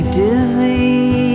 dizzy